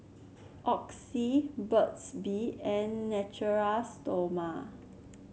Oxy Burt's Bee and Natura Stoma